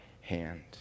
hand